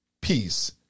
peace